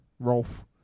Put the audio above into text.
Rolf